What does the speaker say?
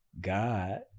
God